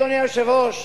אדוני היושב-ראש,